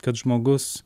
kad žmogus